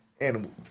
Animals